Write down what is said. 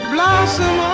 Blossom